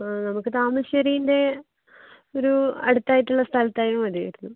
ആ നമുക്ക് താമരശേരീൻ്റെ ഒരു അടുത്തായിട്ടുള്ള സ്ഥലത്തായിട്ട് മതിയാരുന്നു